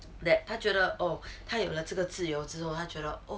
that 他觉得 oh 他有了这个自由之后他觉得 oh